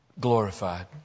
glorified